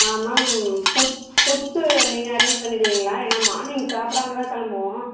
ஆ ma'am food foods நீங்கள் arrange பண்ணிடுவீங்களா ஏன்னால் மார்னிங் சாப்பிடாமல் தான் கிளம்புவோம்